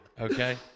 okay